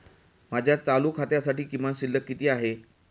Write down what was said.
माझ्या चालू खात्यासाठी किमान शिल्लक किती आहे?